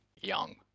young